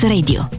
Radio